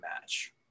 match